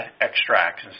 extracts